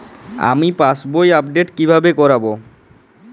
আমি পাসবই আপডেট কিভাবে করাব?